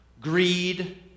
greed